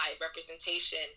representation